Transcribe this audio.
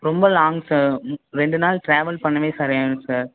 ரொம்ப long sir ம் ரெண்டு நாள் ட்ராவல் பண்ணவே சரியாகிடும் சார்